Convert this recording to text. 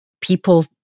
people